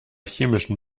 chemischen